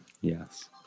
Yes